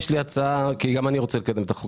יש לי הצעה כי גם אני רוצה לקדם את החוק.